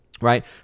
right